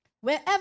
Wherever